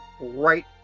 right